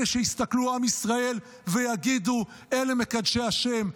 אלה שיסתכלו עם ישראל ויגידו: אלה מקדשי השם,